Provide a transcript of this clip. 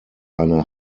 eine